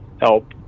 help